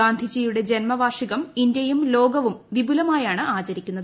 ഗാന്ധിജിയുടെ ജന്മവാർഷികം ഇന്തൃയും ലോകവും വിപുലമായാണ് ആചരിക്കുന്നത്